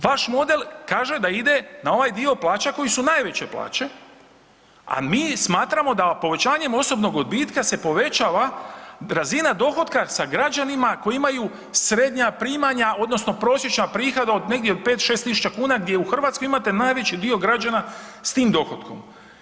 Vaš model kaže da ide na ovaj dio plaća koje su najveće plaće, a mi smatramo da povećanjem osobnog odbitka se povećava razina dohotka sa građanima koji imaju srednja primanja odnosno prosječan prihod od negdje 5-6 tisuća kuna, gdje u Hrvatskoj imate najveći dio građana s tim dohotkom.